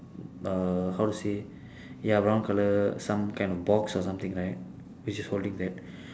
uh how to say ya brown colour some kind of box or something like that which is holding that